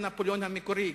לנפוליאון המקורי,